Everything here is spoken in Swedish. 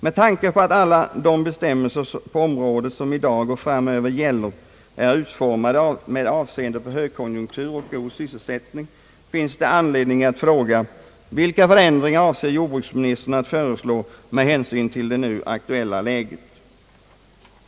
Med tanke på att alla de bestämmelser, som i dag och framöver gäller på området, är utformade med avseende på högkonjunktur och god sysselsättning finns det anledning att fråga: Vilka förändringar avser jordbruksministern att föreslå i det aktuella läget?